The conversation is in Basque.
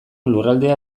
lurraldea